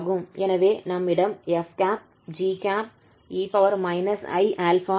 எனவே நம்மிடம் 𝑓̂ 𝑔̂ 𝑒−𝑖𝛼𝑥 மற்றும் 𝑑𝛼 உள்ளது